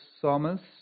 psalmist